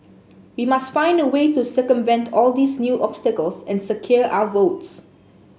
we must find a way to circumvent all these new obstacles and secure our votes